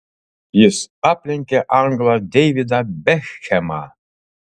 jis aplenkė anglą deividą bekhemą